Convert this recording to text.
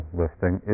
listing